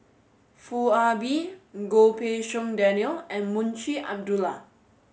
Foo Ah Bee Goh Pei Siong Daniel and Munshi Abdullah